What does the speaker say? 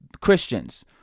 christians